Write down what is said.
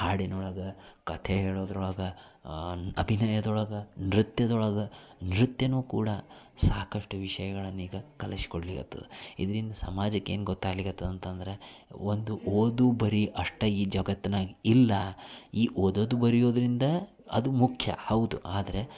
ಹಾಡಿನೊಳಗೆ ಕತೆ ಹೇಳೋದ್ರೊಳಗೆ ಅಭಿನಯದೊಳಗೆ ನೃತ್ಯದೊಳಗೆ ನೃತ್ಯವೂ ಕೂಡ ಸಾಕಷ್ಟು ವಿಷಯಗಳನ್ನು ಈಗ ಕಲಿಸ್ಕೊಡ್ಲಿಕತ್ತದ ಇದರಿಂದ ಸಮಾಜಕ್ಕೆ ಏನು ಗೊತ್ತಾಗ್ಲಿಕತ್ತದ ಅಂತಂದ್ರೆ ಒಂದು ಓದು ಬರಿ ಅಷ್ಟೇ ಈ ಜಗತ್ನಾಗ ಇಲ್ಲ ಈ ಓದೋದು ಬರೆಯೋದ್ರಿಂದ ಅದು ಮುಖ್ಯ ಹೌದು ಆದರೆ